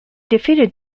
defeated